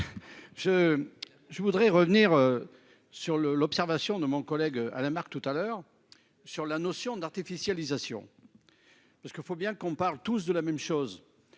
je voudrais revenir. Sur le l'observation de mon collègue à la marque tout à l'heure sur la notion de l'artificialisation. Parce que faut bien qu'on parle tous de la même chose.